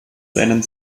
seinem